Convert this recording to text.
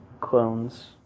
clones